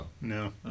No